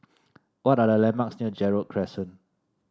what are the landmarks near Gerald Crescent